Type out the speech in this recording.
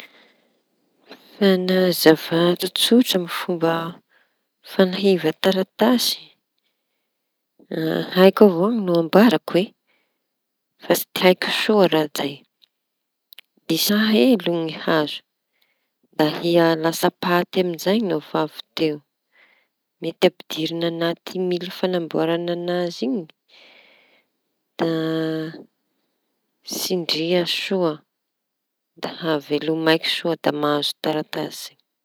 Fañazava tsotsotry amin'ny fomba fanahiva taratasy; haiko avao no ambarako e fa tsy haiko soa raha zay. Disa e alo ny hazo da ahia lasa paty amizay no fa avy teo. Mety ampidiy añaty mily fañamboaraña an'azy da tsindria soa da avela ho maiky soa da mahazo taratasy amizay no fa avy teo.